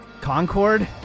Concord